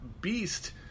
beast